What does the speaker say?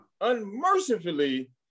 Unmercifully